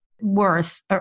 worth